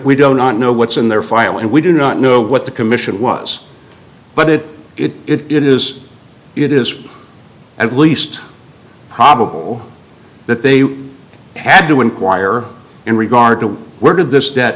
we don't not know what's in their file and we do not know what the commission was but it it is it is at least probable that they had to enquire in regard to where did this debt